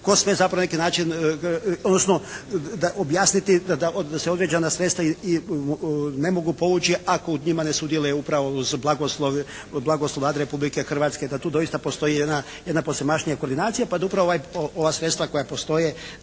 tko sve zapravo neki način, odnosno objasniti da se određena sredstva i ne mogu povući ako u njima ne sudjeluje upravo blagoslov Vlade Republike Hrvatske da tu doista postoji jedna posvemašnija koordinacija pa da upravo ova sredstva koja postoje